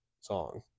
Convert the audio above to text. song